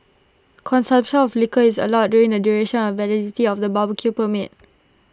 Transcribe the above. consumption of liquor is allowed during the duration of validity of the barbecue permit